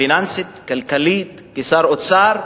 פיננסית, כלכלית, כשר אוצר,